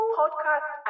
podcast